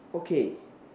okay